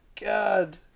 god